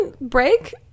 break